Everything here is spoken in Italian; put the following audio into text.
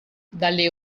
dalle